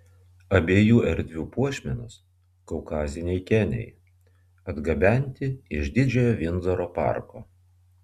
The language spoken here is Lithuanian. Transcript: abiejų erdvių puošmenos kaukaziniai kėniai atgabenti iš didžiojo vindzoro parko